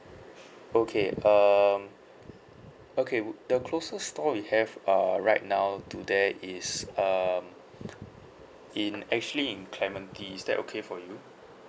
okay um okay wou~ the closest store we have uh right now to there is um in actually in clementi is that okay for you